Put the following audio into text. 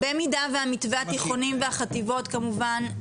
אז במידה והמתווה של התיכונים ושל חטיבות הביניים כמובן,